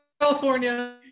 california